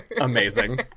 Amazing